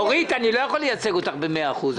אורית, אני לא יכול לייצג אותך במאה אחוז,